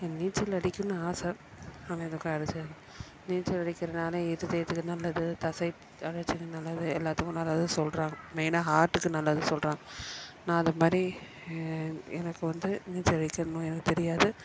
எனக்கு நீச்சல் அடிக்கணும்னு ஆசை ஆனால் இது வரைக்கும் அடித்தது இல்லை நீச்சல் அடிக்கிறதுனால் இருதயத்துக்கு நல்லது தசை வளர்ச்சிக்கு நல்லது எல்லாத்துக்கும் நல்லது சொல்கிறாங்க மெயினாக ஹார்ட்டுக்கு நல்லதுன்னு சொல்கிறாங்க நான் அந்த மாதிரி எனக்கு வந்து நீச்சல் அடிக்கிறதும் எனக்கு தெரியாது